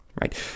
right